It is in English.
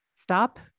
stop